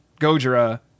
Gojira